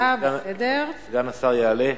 סגן השר יעלה.